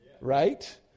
Right